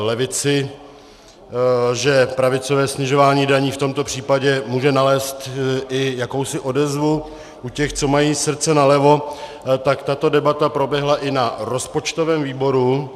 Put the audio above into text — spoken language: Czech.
levici, že pravicové snižování daní v tomto případě může nalézt i jakousi odezvu u těch, co mají srdce nalevo, tak tato debata proběhla i na rozpočtovém výboru.